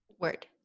Word